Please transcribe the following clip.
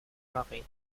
marais